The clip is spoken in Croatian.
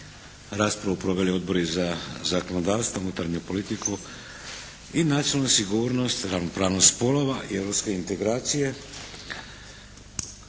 Raspravu su proveli Odbori za zakonodavstvo, unutarnju politiku i nacionalnu sigurnost, ravnopravnost spolova i europske integracije.